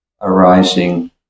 arising